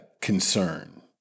concern